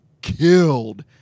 killed